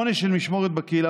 עונש של משמורת בקהילה,